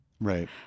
Right